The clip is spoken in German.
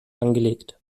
angelegt